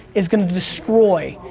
is gonna destroy,